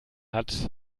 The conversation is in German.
hat